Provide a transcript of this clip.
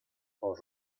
por